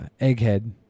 Egghead